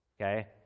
okay